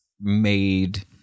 made